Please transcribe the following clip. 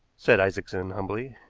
said isaacson humbly.